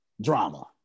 drama